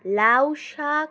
লাউ শাক